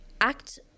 act